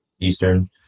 Eastern